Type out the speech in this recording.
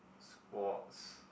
squats